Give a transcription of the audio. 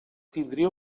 tindria